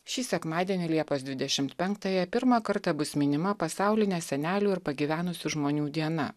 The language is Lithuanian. šį sekmadienį liepos dvidešimt penktąją pirmą kartą bus minima pasaulinė senelių ir pagyvenusių žmonių diena